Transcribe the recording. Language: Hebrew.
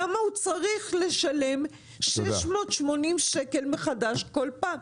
למה הוא צריך לשלם 680 שקל מחדש בכל פעם?